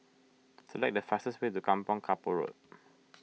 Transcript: select the fastest way to Kampong Kapor Road